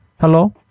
Hello